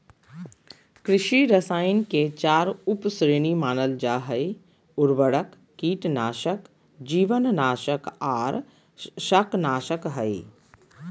कृषि रसायन के चार उप श्रेणी मानल जा हई, उर्वरक, कीटनाशक, जीवनाशक आर शाकनाशक हई